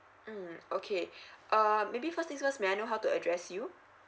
mm okay uh maybe first thing first may I know how to address you